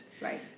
Right